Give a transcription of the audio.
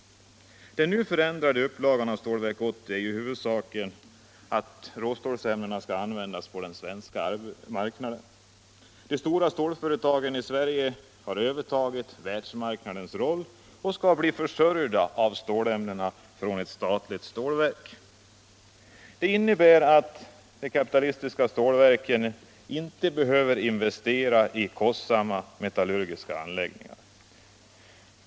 Den förändrade upplagan av planerna för Stålverk 80 innebär i huvudsak att råstålsämnen skall användas på den svenska marknaden. De stora stålföretagen i Sverige har övertagit världsmarknadens roll och skall bli försörjda med stålämnen från ett statligt stålverk. Det innebär att de kapitalistiska stålföretagen inte behöver investera i kostsamma metallurgiska anläggningar.